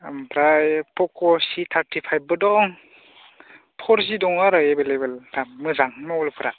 ओमफ्राय पक' सि थारथिफाइभ बो दं फरजि दं आरो एबेलेबेल दा मोजां मबाइलफ्रा